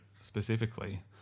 specifically